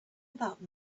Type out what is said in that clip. without